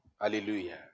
Hallelujah